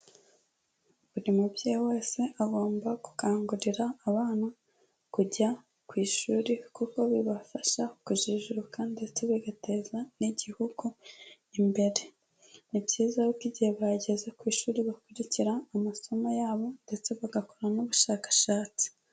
Buri mubyeyi wese agomba gukangurira abana kujya ku ishuri kuko bibafasha kujijuka ndetse bigateza n'igihugu imbere, ni byiza yuko igihe bageze ku ishuri bakurikira amasomo yabo ndetse bagakora n'ubushakashatsi.